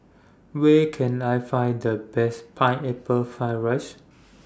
Where Can I Find The Best Pineapple Fried Rice